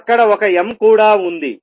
అక్కడ ఒక m కూడా ఉంది